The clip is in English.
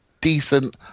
decent